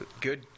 Good